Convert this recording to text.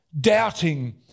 doubting